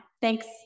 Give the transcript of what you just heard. Thanks